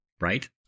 Right